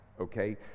okay